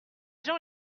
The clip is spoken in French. gens